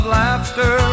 laughter